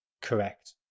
correct